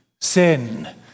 sin